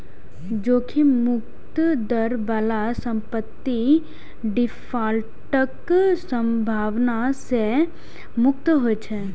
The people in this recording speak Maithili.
जोखिम मुक्त दर बला संपत्ति डिफॉल्टक संभावना सं मुक्त होइ छै